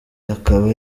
akaba